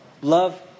Love